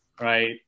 right